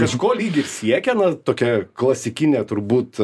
kažko lyg ir siekia na tokia klasikinė turbūt